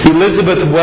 Elizabeth